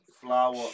Flower